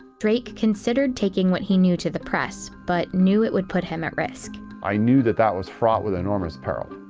drake considered taking what he knew to the press, but knew it would put him at risk. i knew that that was fraught with enormous peril.